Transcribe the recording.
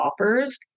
offers